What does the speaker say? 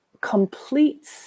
completes